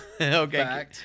Okay